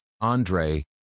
Andre